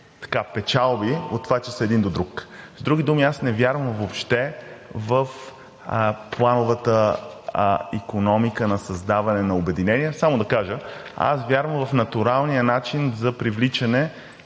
печалби от това, че са един до друг. С други думи, аз не вярвам въобще в плановата икономика на създаване на обединения. Само да кажа – аз вярвам в натуралния начин за привличане